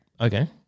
okay